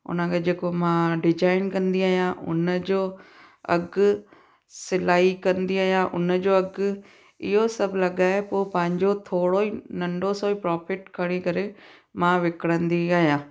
हुनखे जेको मां डिजाइन कंदी आहियां हुनजो अघु सिलाई कंदी आहियां हुनजो अघु इहो सभु लॻाए पोइ पंहिंजो थोरो ई नंढो सो ई प्रोफिट खणी करे मां विकिणंदी आहियां